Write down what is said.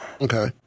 Okay